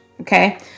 Okay